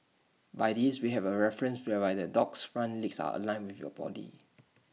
by this we have A reference whereby the dog's front legs are aligned with your body